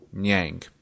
Yang